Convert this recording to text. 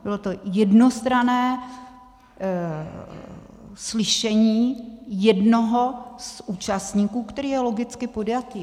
Bylo to jednostranné slyšení jednoho z účastníků, který je logicky podjatý.